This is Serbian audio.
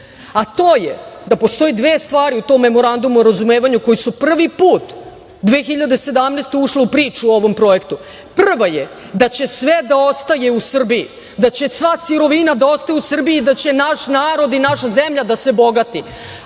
a to je da postoje dve stvari u tom Memorandumu o razumevanju koji su prvi put 2017. godine ušle u priču o ovom projektu. Prva je da će sve da ostane u Srbiji, da će sva sirovina da ostane u Srbiji i da će naš narod i naša zemlja da se bogati.A